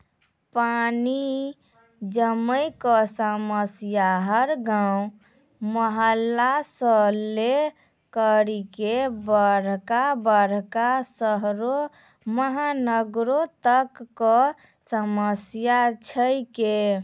पानी जमै कॅ समस्या हर गांव, मुहल्ला सॅ लै करिकॅ बड़का बड़का शहरो महानगरों तक कॅ समस्या छै के